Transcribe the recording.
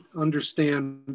understand